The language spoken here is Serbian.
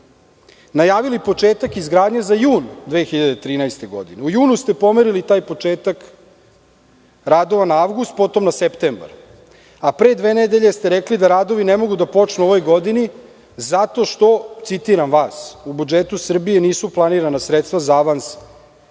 najavili početak izgradnje za jun 2013. godine, a u junu ste pomerili taj početak radova na avgust, potom na septembar. Pre dve nedelje ste rekli da radovi ne mogu da počnu u ovoj godini zato što, citiram vas – u budžetu Srbije nisu planirana sredstva za avans